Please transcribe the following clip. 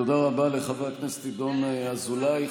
תודה רבה לינון אזולאי.